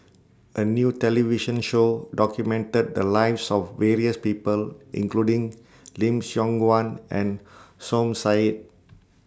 A New television Show documented The Lives of various People including Lim Siong Guan and Som Said